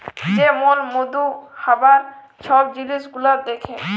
যে লক মধু হ্যবার ছব জিলিস গুলাল দ্যাখে